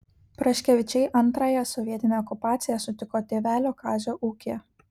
praškevičiai antrąją sovietinę okupaciją sutiko tėvelio kazio ūkyje